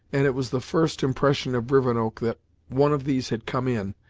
and it was the first impression of rivenoak that one of these had come in,